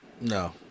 No